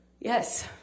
Yes